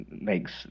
makes